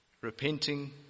repenting